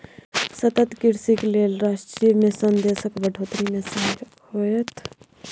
सतत कृषिक लेल राष्ट्रीय मिशन देशक बढ़ोतरी मे सहायक होएत